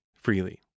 freely